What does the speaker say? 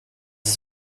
ist